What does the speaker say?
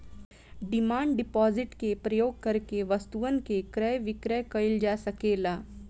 demand deposit के प्रयोग करके वस्तुअन के क्रय विक्रय कईल जा सकेला